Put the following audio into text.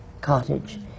cottage